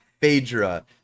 phaedra